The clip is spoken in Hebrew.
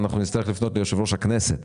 אנחנו נצטרך לפנות ליושב-ראש הכנסת